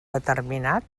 determinat